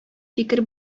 фикер